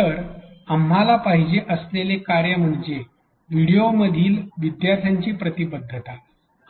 तर आम्हाला पाहिजे असलेले कार्य म्हणजे व्हिडिओंमधील विद्यार्थ्यांची प्रतिबद्धता